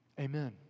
Amen